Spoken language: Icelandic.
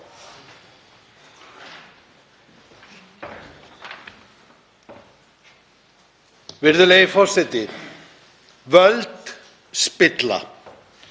Virðulegi forseti. Völd spilla.